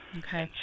okay